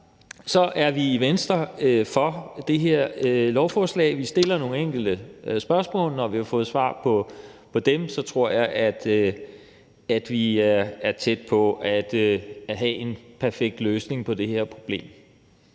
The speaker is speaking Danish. er vi i Venstre for det her lovforslag. Vi stiller nogle enkelte spørgsmål, og når vi har fået svar på dem, tror jeg, at vi er tæt på at have en perfekt løsning på det her problem.